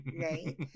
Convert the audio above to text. Right